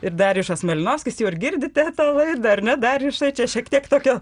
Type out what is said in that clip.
ir darijušas malinovskis jau ir girdite tą laidą ar ne darijušai čia šiek tiek tokio